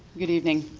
good evening,